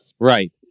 right